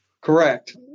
Correct